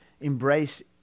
embrace